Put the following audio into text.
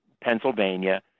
Pennsylvania